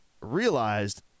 realized